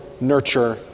nurture